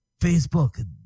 Facebook